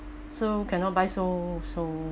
so cannot buy so so